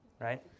right